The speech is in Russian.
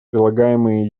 прилагаемые